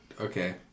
okay